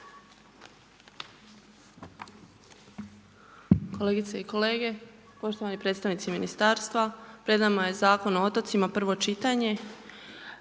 Kolegice i kolege, poštovani predstavnici ministarstva. Pred nama je Zakon o otocima, prvo čitanje.